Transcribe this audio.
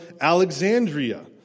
Alexandria